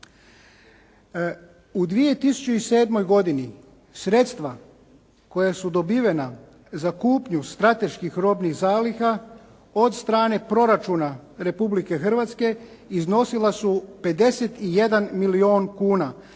U 2007. godini sredstva koja su dobivena za kupnju strateških robnih zaliha od strane proračuna Republike Hrvatske iznosila su 51 milijun kuna,